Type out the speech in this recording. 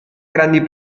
grandi